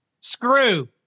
screw